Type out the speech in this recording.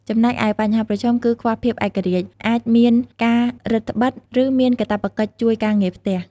ចំណែកឯបញ្ហាប្រឈមគឺខ្វះភាពឯករាជ្យ អាចមានការរឹតត្បិត ឬមានកាតព្វកិច្ចជួយការងារផ្ទះ។